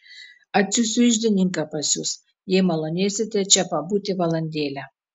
atsiųsiu iždininką pas jus jei malonėsite čia pabūti valandėlę